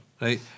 right